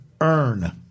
earn